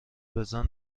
بزن